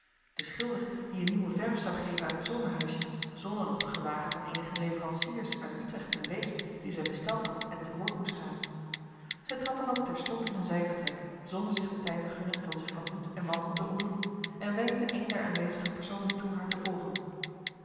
de schilder die een nieuwe verf zou geven aan het zomerhuisje zonder nog te gewagen van eenige leveranciers uit utrecht en weesp die zij besteld had en te woord moest staan zij trad dan ook terstond in een zijvertrek zonder zich den tijd te gunnen van zich van hoed en mantel te ontdoen en wenkte een der aanwezige personen toe haar te volgen